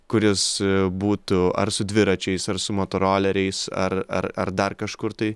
kuris būtų ar su dviračiais ar su motoroleriais ar ar ar dar kažkur tai